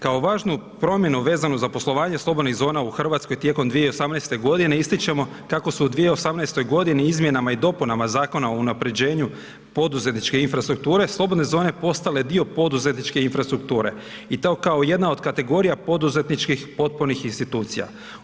Kao važnu promjenu vezano za poslovanje slobodnih zona u Hrvatskoj tijekom 2018. godine ističemo kako su u 2018. godini Izmjenama i dopunama Zakona o unapređenju poduzetničke infrastrukture slobodne zone postale dio poduzetničke infrastrukture i to kao jedna od kategorija poduzetničkih potpunih institucija.